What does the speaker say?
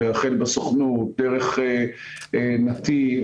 החל מסוכנות דרך נתיב,